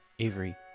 Avery